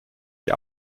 die